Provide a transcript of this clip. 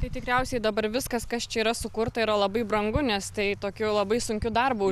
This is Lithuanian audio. tai tikriausiai dabar viskas kas čia yra sukurta yra labai brangu nes tai tokiu labai sunkiu darbu